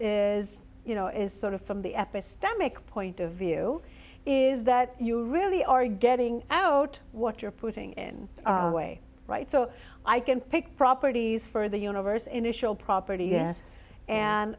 is you know is sort of from the epistemic point of view is that you really are getting out what you're putting in a way right so i can pick properties for the universe initial property